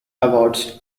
awards